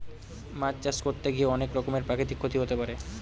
মাছ চাষ করতে গিয়ে অনেক রকমের প্রাকৃতিক ক্ষতি হতে পারে